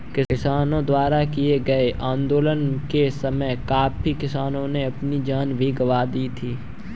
किसानों द्वारा किए गए इस आंदोलन के समय काफी किसानों ने अपनी जान भी गंवा दी थी